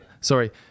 Sorry